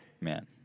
man